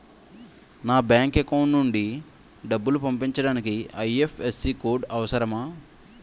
నా bank account నుంచి డబ్బు పంపించడానికి ఐ.ఎఫ్.ఎస్.సి కోడ్ అవసరమా?